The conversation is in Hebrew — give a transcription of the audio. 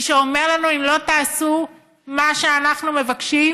מי שאומר לנו: אם לא תעשו מה שאנחנו מבקשים,